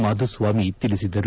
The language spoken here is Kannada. ಮಾಧುಸ್ವಾಮಿ ತಿಳಿಸಿದರು